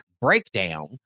breakdown